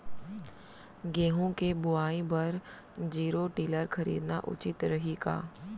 गेहूँ के बुवाई बर जीरो टिलर खरीदना उचित रही का?